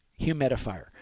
humidifier